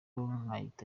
nkahita